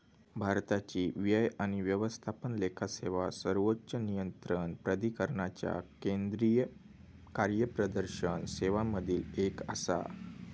भारताची व्यय आणि व्यवस्थापन लेखा सेवा सर्वोच्च नियंत्रण प्राधिकरणाच्या केंद्रीय कार्यप्रदर्शन सेवांमधली एक आसा